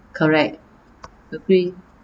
correct agree